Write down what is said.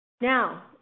Now